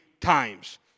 times